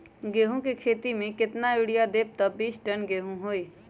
गेंहू क खेती म केतना यूरिया देब त बिस टन गेहूं होई?